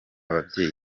babyeyi